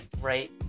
right